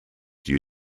due